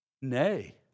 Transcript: Nay